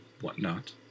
whatnot